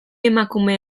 emakume